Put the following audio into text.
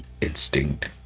instinct